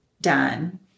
done